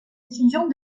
étudiants